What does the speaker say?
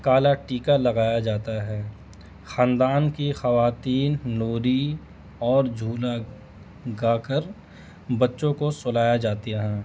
کالا ٹیکا لگایا جاتا ہے خاندان کی خواتین نوری اور جھلا گا کر بچوں کو سلایا جاتی ہیں